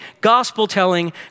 gospel-telling